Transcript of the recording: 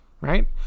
right